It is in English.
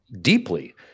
deeply